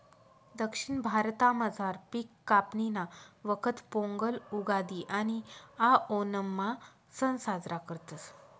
दक्षिण भारतामझार पिक कापणीना वखत पोंगल, उगादि आणि आओणमना सण साजरा करतस